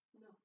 No